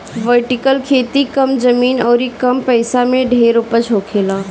vertical खेती कम जमीन अउरी कम पइसा में ढेर उपज होखेला